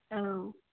औ